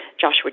Joshua